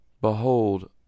Behold